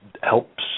helps